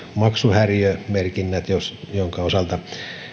maksuhäiriömerkinnät joiden osalta